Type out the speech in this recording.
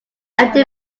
empty